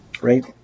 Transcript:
right